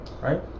Right